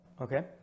Okay